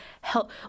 help